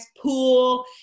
Pool